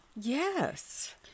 Yes